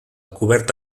cobert